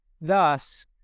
Thus